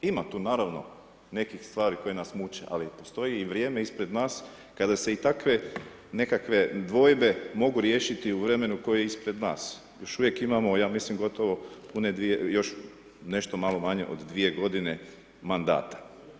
Ima tu naravno nekih stvari koje nas muče ali postoji i vrijeme ispred nas kada se i takve nekakve dvojbe mogu riješiti u vremenu koje je ispred nas, još uvijek imamo ja mislim gotovo pune dvije, još nešto malo manje od dvije godine mandata.